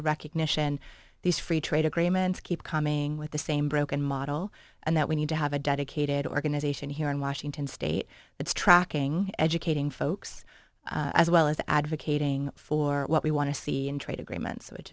a recognition these free trade agreements keep coming with the same broken model and that we need to have a dedicated organization here in washington state that's tracking educating folks as well as advocating for what we want to see in trade agreements which